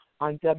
on